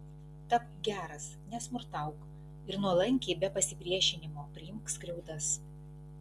tapk geras nesmurtauk ir nuolankiai be pasipriešinimo priimk skriaudas